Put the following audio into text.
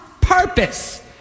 purpose